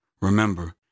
Remember